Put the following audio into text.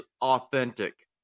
authentic